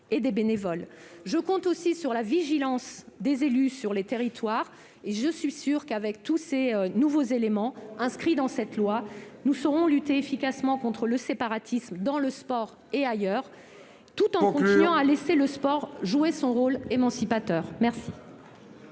et des bénévoles. Je compte enfin sur la vigilance des élus dans les territoires, et je suis sûre que, avec tous les nouveaux éléments issus de cette loi, nous saurons lutter efficacement contre le séparatisme dans le sport et ailleurs, ... Il faut conclure !... tout en continuant à laisser le sport jouer son rôle émancipateur. Il